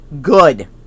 good